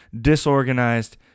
disorganized